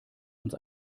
uns